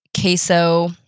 queso